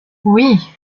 oui